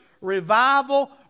revival